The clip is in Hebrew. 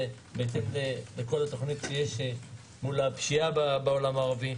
בהתאם לכל התוכנית שיש מול הפשיעה בעולם הערבי.